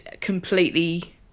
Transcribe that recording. completely